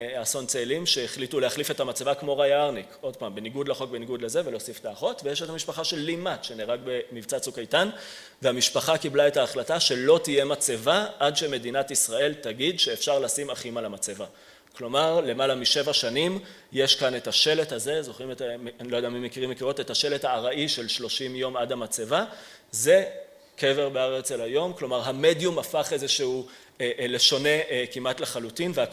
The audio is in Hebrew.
אסון צאלים, שהחליטו להחליף את המצבה כמו רעיה הרניק, עוד פעם, בניגוד לחוק, בניגוד לזה, ולהוסיף את האחות. ויש את המשפחה של לי מט, שנהרג במבצע צוק איתן, והמשפחה קיבלה את ההחלטה שלא תהיה מצבה, עד שמדינת ישראל תגיד שאפשר לשים אחים על המצבה. כלומר, למעלה משבע שנים, יש כאן את השלט הזה, זוכרים את, אני לא יודע מי מכירים / מכירות את השלט הארעי של 30 יום עד המצבה? זה קבר בהר הרצל היום, כלומר, המדיום הפך איזשהו... לשונה כמעט לחלוטין.